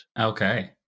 Okay